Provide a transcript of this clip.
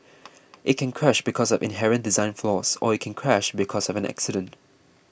it can crash because of inherent design flaws or it can crash because of an accident